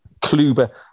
Kluber